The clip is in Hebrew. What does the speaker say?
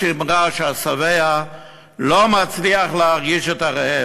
יש אמרה, שהשבע לא מצליח להרגיש את הרעב.